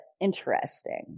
interesting